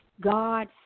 God